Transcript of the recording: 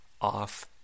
off